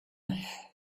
heads